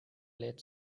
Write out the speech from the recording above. lädt